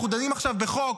אנחנו דנים עכשיו בחוק